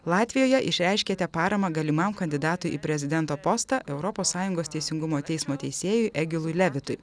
latvijoje išreiškėte paramą galimam kandidatui į prezidento postą europos sąjungos teisingumo teismo teisėjui egilui levitui